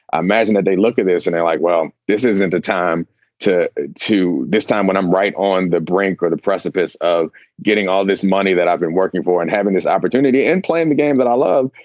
i imagine that they look at this and they like, well, this isn't a time to to this time when i'm right on the brink or the precipice of getting all this money that i've been working for and having this opportunity and playing the game that i love.